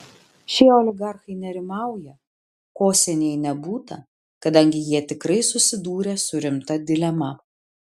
šie oligarchai nerimauja ko seniai nebūta kadangi jie tikrai susidūrė su rimta dilema